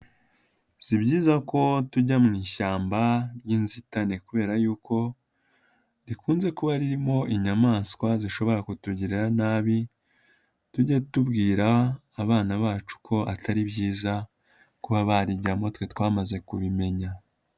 Si byiza ko tujya mu ishyamba ry'inzitane kubera yuko rikunze kuba ririmo inyamaswa zishobora kutugirira nabi, tujye tubwira abana bacu ko atari byiza kuba barijyamo twe twamaze kubimenya.